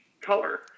color